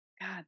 God